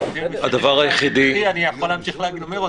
אני יכול להמשיך להגיד את עמדתי,